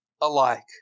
alike